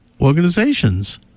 organizations